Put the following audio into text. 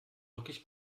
wirklich